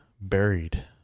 buried